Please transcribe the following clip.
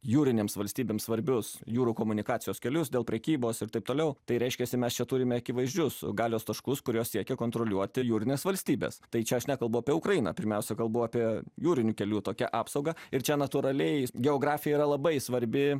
jūrinėms valstybėms svarbius jūrų komunikacijos kelius dėl prekybos ir taip toliau tai reiškiasi mes čia turime akivaizdžius galios taškus kurios siekia kontroliuoti jūrinės valstybės tai čia aš nekalbu apie ukrainą pirmiausia kalbu apie jūrinių kelių tokia apsauga ir čia natūraliai geografija yra labai svarbi